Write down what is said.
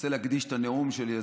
אני רוצה להקדיש את הנאום שלי,